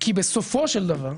כי בסופו של דבר,